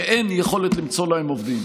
שאין יכולת למצוא להם עובדים.